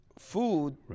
food